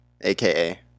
aka